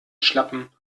schlappen